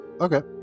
Okay